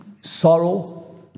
Sorrow